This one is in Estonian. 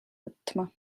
võtma